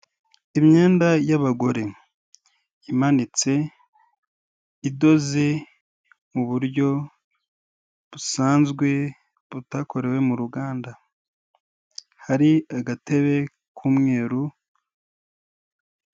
Imyenda y'abagore, imanitse, idoze mu buryo busanzwe, butakorewe mu ruganda, hari agatebe, k'umweru.